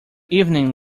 evening